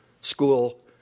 school